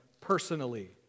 personally